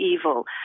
evil